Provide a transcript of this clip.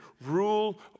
rule